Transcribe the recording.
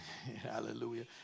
Hallelujah